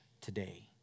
today